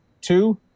two